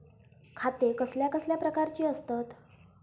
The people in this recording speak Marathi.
खाते कसल्या कसल्या प्रकारची असतत?